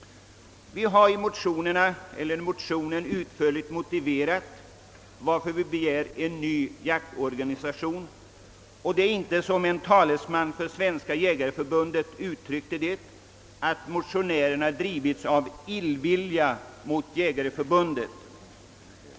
I motionerna har vi utförligt motiverat varför vi begär en ny jaktorganisation. Det är inte så, som en talesman för Svenska jägareförbundet uttryckte det, att motionärerna har drivits av illvilja mot jägareförbundet.